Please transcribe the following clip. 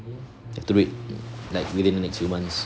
you have to do it like within next few months